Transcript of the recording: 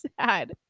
sad